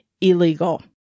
illegal